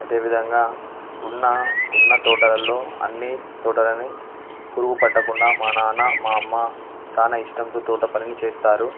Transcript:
అదేవిధంగా ఉన్న ఉన్న తోటలలో అన్నీ తోటలని పురుగు పట్టకుండా మా నాన్న మా అమ్మ చాలా ఇష్టంతో తోటపనిని చేస్తారు